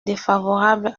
défavorable